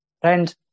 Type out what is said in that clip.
Friend